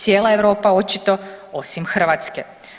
Cijela Europa očito osim Hrvatske.